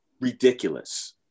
ridiculous